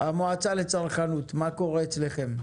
המועצה לצרכנות, מה קורה אצלכם?